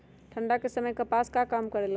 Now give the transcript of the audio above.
ठंडा के समय मे कपास का काम करेला?